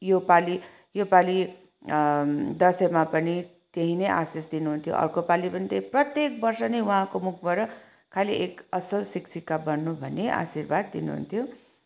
योपालि योपालि दसैँमा पनि त्यही नै आशीष दिनुहुन्थ्यो अर्को पालि पनि त्यही प्रत्येक वर्ष नै उहाँको मुखबाट खालि एक असल शिक्षिका बन्नु भनी आशीर्वाद दिनुहुन्थ्यो